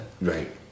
right